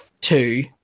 two